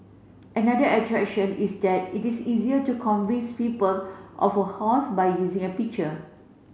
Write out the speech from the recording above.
another attraction is that it is easier to convince people of a hoax by using a picture